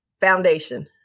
Foundation